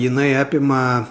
jinai apima